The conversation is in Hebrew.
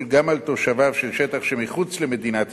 גם על תושביו של שטח שמחוץ למדינת ישראל,